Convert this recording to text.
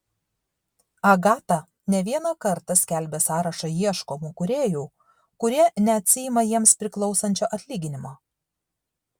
agata ne vieną kartą skelbė sąrašą ieškomų kūrėjų kurie neatsiima jiems priklausančio atlyginimo